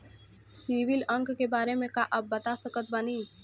CIBIL अंक के बारे मे का आप बता सकत बानी?